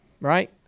right